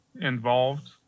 involved